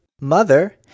MOTHER